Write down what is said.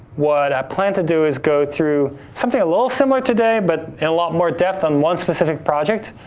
what i planned to do is go through something a little similar today, but in a lot more depth on one specific project.